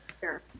Sure